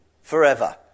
forever